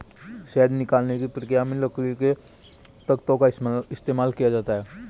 शहद निकालने की प्रक्रिया में लकड़ी के तख्तों का इस्तेमाल किया जाता है